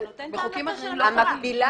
שנותן את ההמלצה של המשטרה.